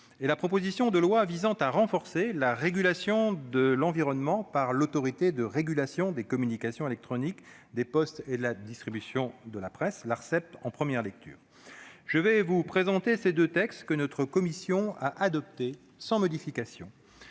et la proposition de loi visant à renforcer la régulation de l'environnement par l'Autorité de régulation des communications électroniques, des postes et de la distribution de la presse (Arcep), en première lecture. Je vais vous présenter ces deux textes, que notre commission a adoptés sans modification.